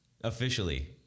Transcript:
Officially